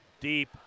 deep